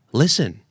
listen